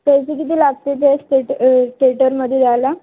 पैसे किती लागते जस्ट थेट थेटरमध्ये जायला